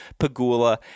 Pagula